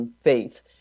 faith